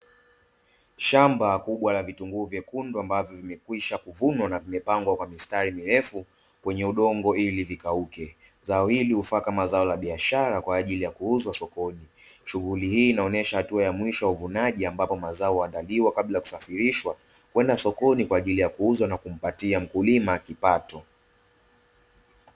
Shamba kubwa la vitunguu vyekundu ambavyo vimekwisha kuvunwa na vimepangwa kwa mistari mirefu kwenye udongo ili vikauke, zao ili ufaa kama zao la biashara kwa ajili ya kuuzwa sokoni. Shughuli hii inaonyesha hatua ya mwisho ya uvunaji, ambapo mazao waandaliwa kabla ya kusafirishwa kwenda sokoni kwa ajili ya kuuzwa na kumpatia mkulima kipato.